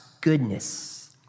goodness